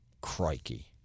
Crikey